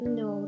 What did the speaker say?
no